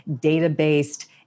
data-based